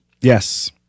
Yes